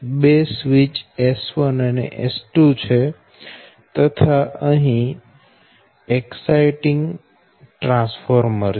બે switch S1 અને S2 છે તથા અહી એકસાઈટીંગ ટ્રાન્સફોર્મર છે